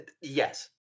Yes